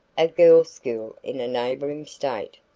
a girls' school in a neighboring state.